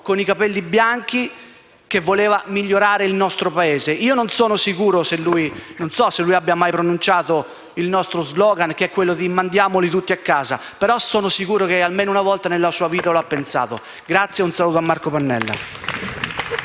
con i capelli bianchi che voleva migliorare il nostro Paese. Non so se lui abbia mai pronunciato il nostro *slogan* «mandiamoli tutti a casa», ma sono sicuro che almeno una volta nella sua vita lo ha pensato. Un saluto a Marco Pannella.